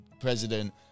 president